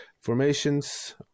formations